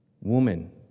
Woman